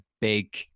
big